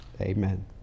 Amen